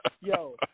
Yo